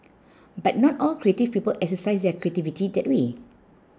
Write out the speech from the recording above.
but not all creative people exercise their creativity that way